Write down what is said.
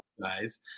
guys